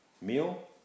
meal